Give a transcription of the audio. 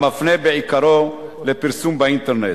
המפנה בעיקרו לפרסום באינטרנט.